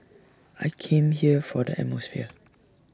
I came here for the atmosphere